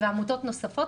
ועמותות נוספות,